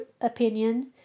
opinion